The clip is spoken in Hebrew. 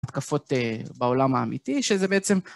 התקפות בעולם האמיתי, שזה בעצם...